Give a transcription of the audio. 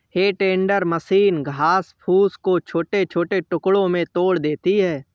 हे tender machine घास फूस को छोटे छोटे टुकड़ों में तोड़ देती है